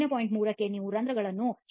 3 ಕ್ಕೆ ನೀವು ರಂಧ್ರಗಳನ್ನು 0